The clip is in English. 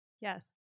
Yes